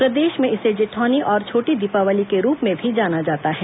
प्रदेश में इसे जेठौनी और छोटी दीपावली के रूप में भी जाना जाता है